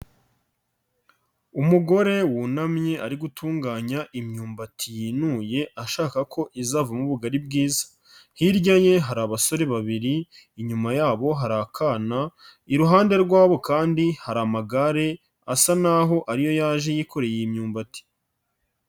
Umugore wunamye ari gutunganya imyumbati yinuye ashaka ko izavamo ubugari bwiza, hirya ye hari abasore babiri, inyuma yabo hakana, iruhande rwabo kandi hari amagare asa naho ariyo yaje yikoreye iyi myumbati.